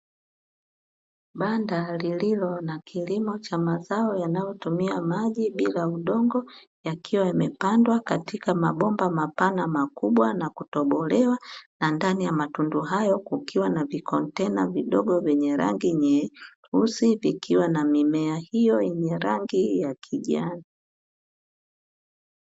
Banda lililo na kilimo cha mazao yanayotumia maji bila udongo, yakiwa yamepandwa katika mabomba mapana, makubwa na kutobolewa, na ndani ya matundu hayo kukiwa na vikontena vidogo vyenye rangi nyeusi, vikiwa na mimea hiyo yenye rangi ya kijani.